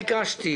ביקשתי